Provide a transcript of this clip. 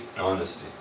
Honesty